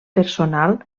personal